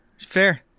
fair